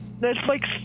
Netflix